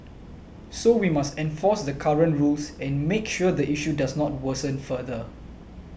so we must enforce the current rules and make sure the issue does not worsen further